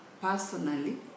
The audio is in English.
personally